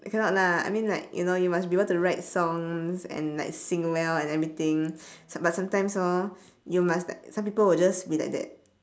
I cannot lah I mean like you know you must be able to write songs and like sing well and everything som~ but sometimes orh you must like some people will just be like that